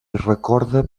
recorda